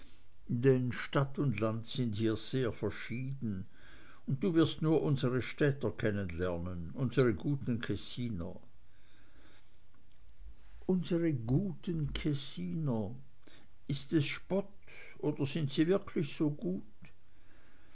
denn stadt und land sind hier sehr verschieden und du wirst nur unsere städter kennenlernen unsere guten kessiner unsere guten kessiner ist es spott oder sind wie wirklich so gut